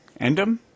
Endem